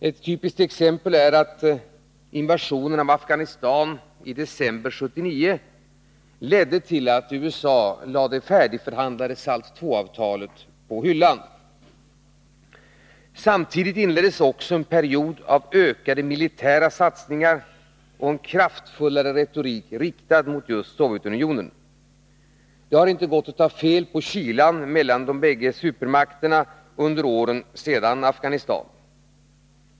Ett typiskt exempel är att invasionen i Afghanistan i december 1979 ledde till att USA lade det färdigförhandlade SALT 2-avtalet på hyllan. Samtidigt inleddes en period av ökade militära satsningar och en kraftfullare retorik riktad mot just Sovjetunionen. Kylan mellan de bägge supermakterna har det inte gått att ta fel på under åren sedan Afghanistan.